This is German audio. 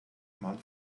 mann